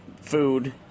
food